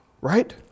right